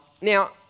Now